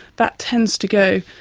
that tends to go,